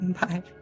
Bye